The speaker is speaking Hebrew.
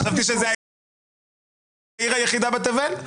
חשבתי שזו העיר היחידה בתבל.